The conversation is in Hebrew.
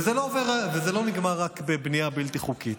וזה לא נגמר רק בבנייה בלתי חוקית.